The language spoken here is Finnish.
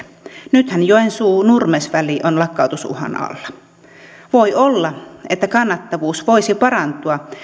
nythän joensuu nurmes väli on lakkautusuhan alla voi olla että kannattavuus voisi parantua